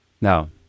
Now